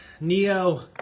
Neo